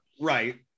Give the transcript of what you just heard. Right